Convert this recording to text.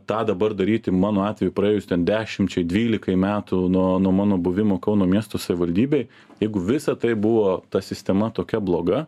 tą dabar daryti mano atveju praėjus dešimčiai dvylikai metų nuo nuo mano buvimo kauno miesto savivaldybėj jeigu visa tai buvo ta sistema tokia bloga